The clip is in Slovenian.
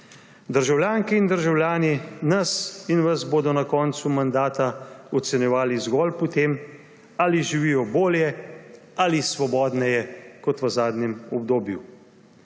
Državljanke in državljani bodo nas in vas na koncu mandata ocenjevali zgolj po tem, ali živijo bolje ali svobodneje kot v zadnjem obdobju.